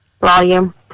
volume